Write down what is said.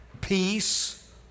peace